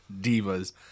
Divas